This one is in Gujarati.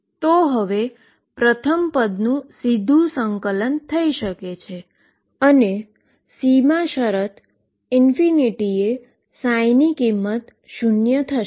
તો હવે પ્રથમ પદનુ સીધુ ઈન્ટીગ્રેશન થઈ શકે છે અને બાઉન્ડ્રી કન્ડીશન એ ની કિંમત શુન્ય થશે